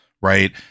right